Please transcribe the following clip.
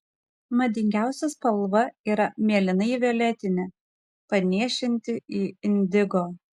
madingiausia spalva yra mėlynai violetinė panėšinti į indigo